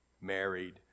married